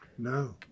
No